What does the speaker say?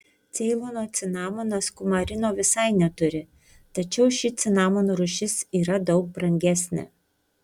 ceilono cinamonas kumarino visai neturi tačiau ši cinamono rūšis yra daug brangesnė